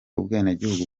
ubwenegihugu